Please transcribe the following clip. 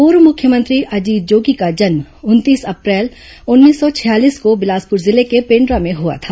पूर्व मुख्यमंत्री अजीत जोगी का जन्म उनतीस अप्रैल उन्नीस सौ छियालीस को बिलासपुर जिले के पेण्ड् ा में हुआ था